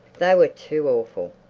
they were too awful.